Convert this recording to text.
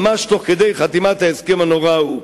ממש תוך כדי חתימת ההסכם הנורא ההוא.